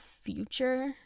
future